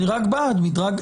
אני רק בעד מדרג.